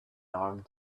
armed